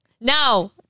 No